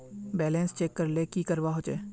Balance check करले की करवा होचे?